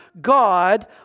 God